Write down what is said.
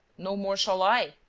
no more shall i.